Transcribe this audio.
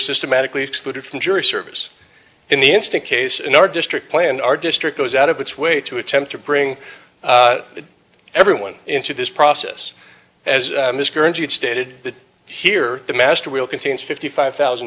systematically excluded from jury service in the instant case in our district plan our district goes out of its way to attempt to bring everyone into this process as it stated that here the master will contains fifty five thousand